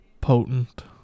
potent